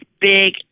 big